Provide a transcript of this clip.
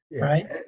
right